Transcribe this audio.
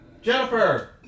Jennifer